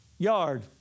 Yard